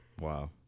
Wow